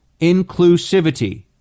inclusivity